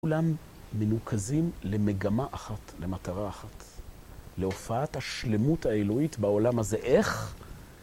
כולם מנוקזים למגמה אחת, למטרה אחת. להופעת השלמות האלוהית בעולם הזה. איך?